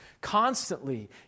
constantly